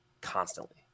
constantly